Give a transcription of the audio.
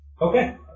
Okay